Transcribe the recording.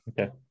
okay